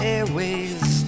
Airways